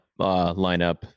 lineup